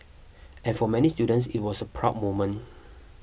and for many students it was a proud moment